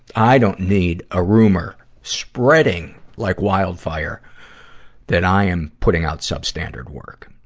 i don't need a rumor spreading like wildfire that i am putting out substandard work.